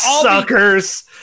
Suckers